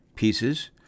pieces